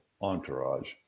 entourage